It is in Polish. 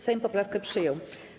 Sejm poprawkę przyjął.